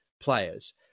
players